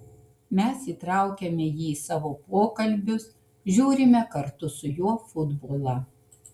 mes įtraukiame jį į savo pokalbius žiūrime kartu su juo futbolą